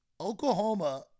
Oklahoma